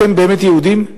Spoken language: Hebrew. אתם באמת יהודים?